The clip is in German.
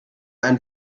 ein